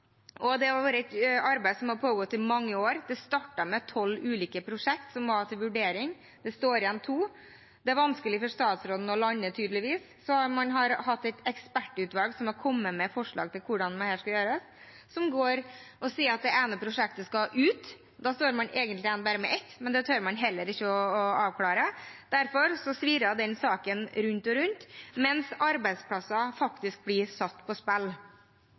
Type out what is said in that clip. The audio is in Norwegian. Det arbeidet har pågått i mange år. Det startet med tolv ulike prosjekter som var til vurdering. Det står igjen to. Det er vanskelig for statsråden å lande, tydeligvis, så man har hatt et ekspertutvalg til å komme med forslag til hvordan dette skal gjøres, hvor man sier at det ene prosjektet skal ut. Da står man egentlig igjen bare med ett, men det tør man heller ikke å avklare. Derfor svirrer denne saken rundt og rundt, mens arbeidsplasser faktisk blir satt på spill.